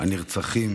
הנרצחים